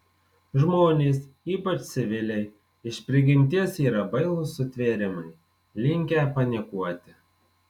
žmonės ypač civiliai iš prigimties yra bailūs sutvėrimai linkę panikuoti